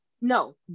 No